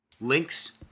Links